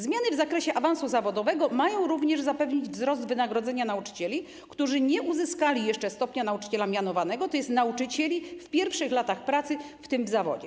Zmiany w zakresie awansu zawodowego mają również zapewnić wzrost wynagrodzenia nauczycieli, którzy nie uzyskali jeszcze stopnia nauczyciela mianowanego, tj. nauczycieli w pierwszych latach pracy w tym zawodzie.